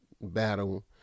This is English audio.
battle